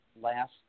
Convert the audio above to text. last